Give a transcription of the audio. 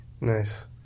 Nice